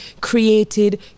created